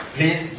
Please